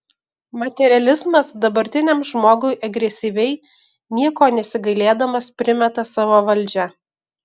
materializmas dabartiniam žmogui agresyviai nieko nesigailėdamas primeta savo valdžią